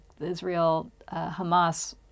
Israel-Hamas